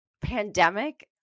pandemic